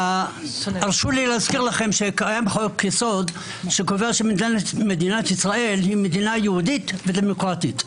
קיים חוק יסוד שקובע שמדינת ישראל היא מדינה יהודית ודמוקרטית.